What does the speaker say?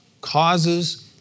causes